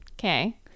Okay